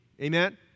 Amen